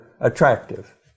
attractive